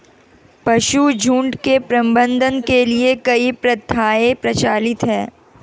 पशुझुण्ड के प्रबंधन के लिए कई प्रथाएं प्रचलित हैं